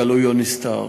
גלוי או נסתר.